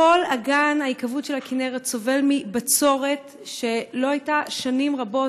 כל אגן ההיקוות של הכינרת סובל מבצורת שלא הייתה שנים רבות.